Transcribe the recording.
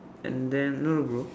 and then no no bro